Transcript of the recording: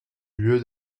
lieu